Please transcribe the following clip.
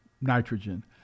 nitrogen